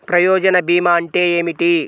ప్రయోజన భీమా అంటే ఏమిటి?